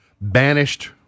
banished